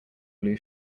blue